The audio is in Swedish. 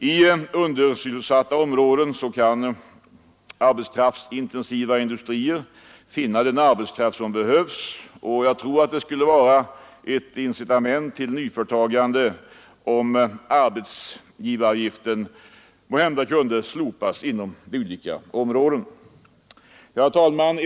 I undersysselsatta områden kan arbetskraftsintensiva industrier finna den arbetskraft de behöver, och jag tror att det skulle vara ett incitament till nyföretagande om arbetsgivaravgiften kunde slopas inom dylika områden. Herr talman!